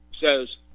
says